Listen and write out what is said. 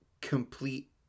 complete